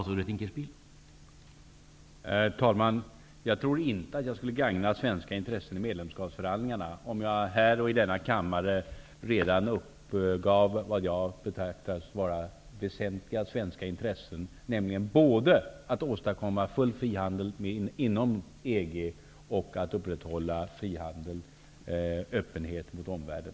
Herr talman! Jag tror inte att jag skulle gagna svenska intressen i medlemskapsförhandlingarna om jag redan här i denna kammare gav upp det jag betraktar vara väsentliga svenska intressen, nämligen både att åstadkomma full frihandel inom EG och att upprätthålla öppenhet mot omvärlden.